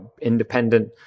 independent